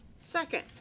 second